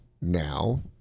now